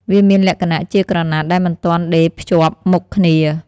វាមានលក្ខណៈជាក្រណាត់ដែលមិនទាន់ដេរភ្ជាប់មុខគ្នា។